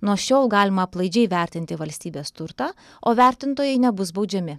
nuo šiol galima aplaidžiai vertinti valstybės turtą o vertintojai nebus baudžiami